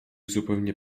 zupełnie